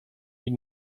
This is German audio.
die